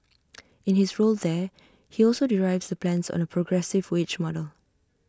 in his role there he also the plans on A progressive wage model